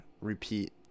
repeat